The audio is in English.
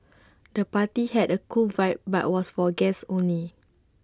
the party had A cool vibe but was for guests only